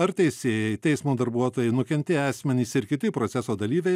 ar teisėjai teismo darbuotojai nukentėję asmenys ir kiti proceso dalyviai